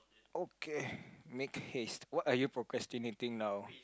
okay make haste what are you procrastinating now